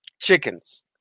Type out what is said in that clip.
chickens